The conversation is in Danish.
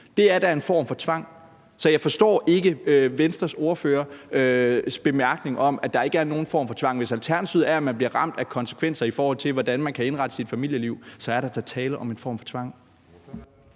Det er da en form for tvang. Så jeg forstår ikke Venstres ordførers bemærkning om, at der ikke er nogen form for tvang. Hvis alternativet er, at man bliver ramt af konsekvenser, i forhold til hvordan man kan indrette sit familieliv, er der da tale om en form for tvang.